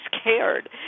scared